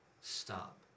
Stop